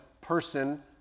person